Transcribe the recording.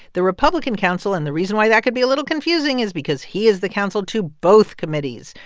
the republican counsel. and the reason why that could be a little confusing is because he is the counsel to both committees,